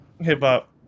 Hip-hop